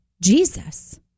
Jesus